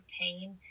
pain